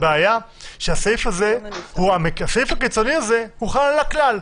הבעיה שהסעיף הקיצוני הזה חל על הכלל,